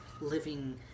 living